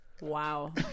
Wow